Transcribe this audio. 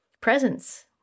presents